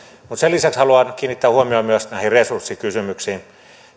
mutta sen lisäksi haluan kiinnittää huomiota myös näihin resurssikysymyksiin